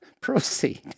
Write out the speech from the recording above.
Proceed